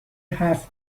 حرف